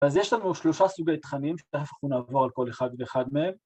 אז יש לנו שלושה סוגי תכנים שתכף אנחנו נעבור על כל אחד ואחד מהם.